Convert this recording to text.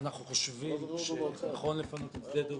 אנחנו חושבים שנכון לפנות את שדה דב.